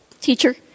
teacher